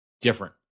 different